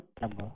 number